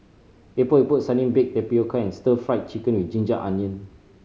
Epok Epok Sardin baked tapioca and Stir Fried Chicken with ginger onion